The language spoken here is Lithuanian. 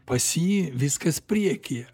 pas jį viskas priekyje